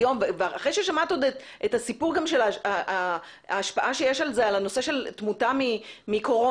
ואחרי ששמעת עוד את ההשפעה שיש לזה על תמותה מקורונה